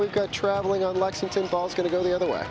we got traveling on lexington ball's going to go the other way